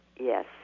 Yes